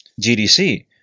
GDC